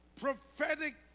prophetic